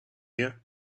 you